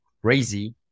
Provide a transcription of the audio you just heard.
crazy